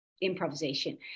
improvisation